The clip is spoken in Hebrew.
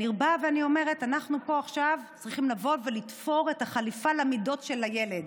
אני באה ואומרת: אנחנו פה עכשיו צריכים לתפור את החליפה למידות של הילד.